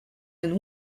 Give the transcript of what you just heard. and